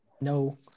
no